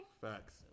Facts